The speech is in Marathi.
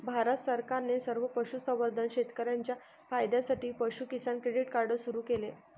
भारत सरकारने सर्व पशुसंवर्धन शेतकर्यांच्या फायद्यासाठी पशु किसान क्रेडिट कार्ड सुरू केले